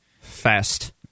Fast